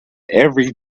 every